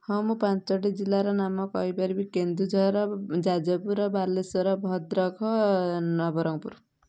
ହଁ ମୁଁ ପାଞ୍ଚଟି ଜିଲ୍ଲାର ନାମ କହିପାରିବି କେନ୍ଦୁଝର ଯାଜପୁର ବାଲେଶ୍ୱର ଭଦ୍ରକ ନବରଙ୍ଗପୁର